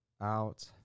out